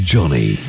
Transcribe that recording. Johnny